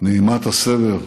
נעימת הסבר,